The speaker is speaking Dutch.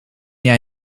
jij